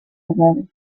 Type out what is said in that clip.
agave